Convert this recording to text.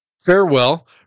farewell